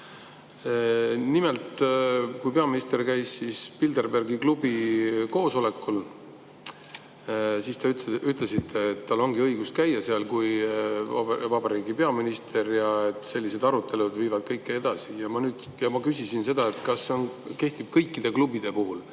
Nimelt, peaminister käis Bilderbergi klubi koosolekul ja te ütlesite, et tal ongi õigus käia seal kui vabariigi peaminister ja et sellised arutelud viivad kõike edasi. Ma küsisin, kas see kehtib kõikide klubide puhul.